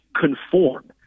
conform